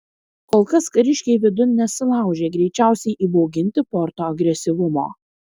kol kas kariškiai vidun nesilaužė greičiausiai įbauginti porto agresyvumo